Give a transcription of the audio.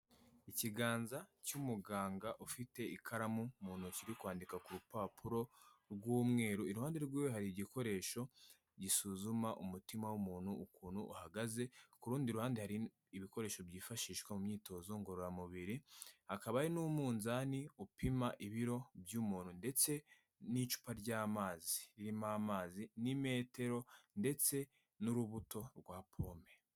Ikiganza cy'umuganga ufite ikaramu mu ntoki, uri kwandika ku rupapuro rw'umweru, iruhande rwiwe hari igikoresho gisuzuma umutima w'umuntu ukuntu uhagaze, ku rundi ruhande hari ibikoresho byifashishwa mu myitozo ngororamubiri, hakaba n'umunzani upima ibiro by'umuntu ndetse n'icupa ry'amazi ririmo amazi n'imetero ndetse n'urubuto rwa pome.